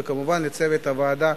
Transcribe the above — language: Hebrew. וכמובן, לצוות הוועדה,